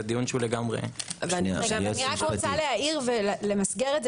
זה דיון שהוא לגמרי- - אני רוצה למסגר את זה